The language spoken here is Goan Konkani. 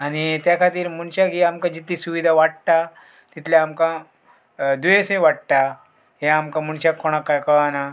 आनी त्या खातीर मनशाक ही आमकां जितली सुविधा वाडटा तितलें आमकां दुयेंसूय वाडटा हे आमकां मनशाक कोणाक काय कळना